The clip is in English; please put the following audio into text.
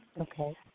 Okay